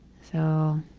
so,